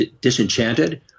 disenchanted